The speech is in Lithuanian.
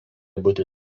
būti